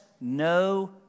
no